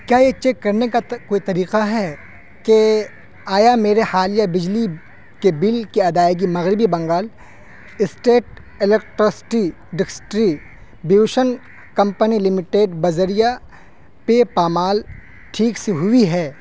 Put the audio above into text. کیا یہ چیک کرنے کا کوئی طریقہ ہے کہ آیا میرے حالیہ بجلی کے بل کی ادائیگی مغربی Bengal state electricity distribution company limited بذریعہ پے پامال ٹھیک سے ہوئی ہے